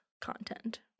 content